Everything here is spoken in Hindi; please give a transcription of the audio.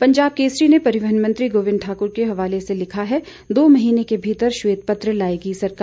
पंजाब केसरी ने परिवहन मंत्री गोविंद ठाकुर के हवाले से लिखा है दो महीने के भीतर श्वेत पत्र लाएगी सरकार